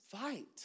fight